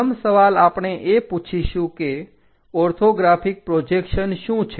પ્રથમ સવાલ આપણે એ પૂછીશું કે ઓર્થોગ્રાફિક પ્રોજેક્શન શું છે